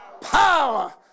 power